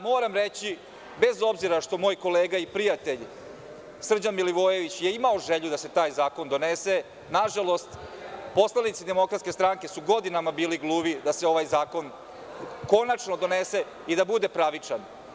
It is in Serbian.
Moram reći da, bez obzira što moj kolega i prijatelj Srđan Milivojević je imao želju da se taj zakon donese, nažalost, poslanici DS su godinama bili gluvi da se ovaj zakon konačno donese i da bude pravičan.